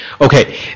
okay